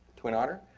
twin otter,